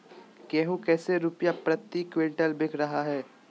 गेंहू कैसे रुपए प्रति क्विंटल बिक रहा है?